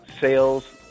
sales